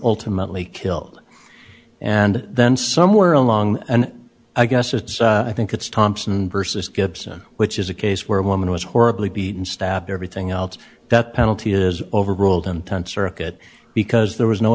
ultimately killed and then somewhere along and i guess it's i think it's thompson versus gibson which is a case where a woman was horribly beaten stabbed everything else that penalty is overruled and th circuit because there was no